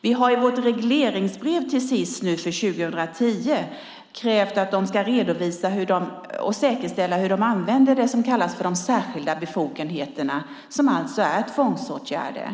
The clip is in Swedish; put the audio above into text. Vi har i vårt regleringsbrev till Sis för 2010 krävt att de ska redovisa och säkerställa hur de använder det som kallas de särskilda befogenheterna, som alltså är tvångsåtgärder.